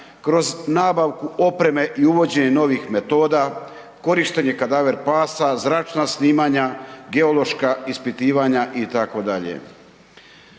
kroz nabavku opreme i uvođenje novih metoda, korištenje kadaver pasa, zračna snimanja, geološka ispitivanja itd.